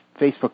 Facebook